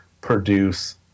produce